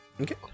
Okay